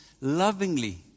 lovingly